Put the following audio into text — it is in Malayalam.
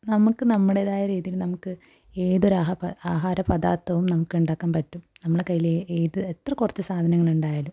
നമുക്ക് നമ്മുടേതായ രീതിയിൽ നമുക്ക് ഏതൊരു ആഹാരപദാർത്ഥവും നമുക്ക് ഉണ്ടാക്കാൻ പറ്റും നമ്മളുടെ കൈയിൽ ഏത് എത്ര കുറച്ച് സാധനങ്ങൾ ഉണ്ടായാലും